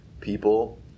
people